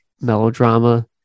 melodrama